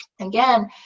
Again